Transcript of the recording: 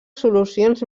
solucions